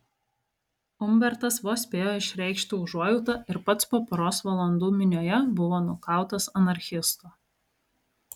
umbertas vos spėjo išreikšti užuojautą ir pats po poros valandų minioje buvo nukautas anarchisto